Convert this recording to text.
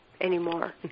anymore